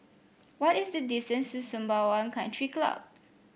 what is the distance to Sembawang Country Club